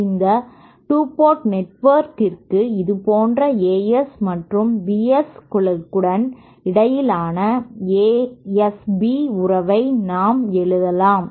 இந்த 2 போர்ட் நெட்வொர்க்கிற்கு இது போன்ற As மற்றும் Bs களுக்கு இடையிலான S B உறவை நாம் எழுதலாம்